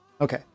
Okay